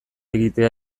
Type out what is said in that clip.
egitea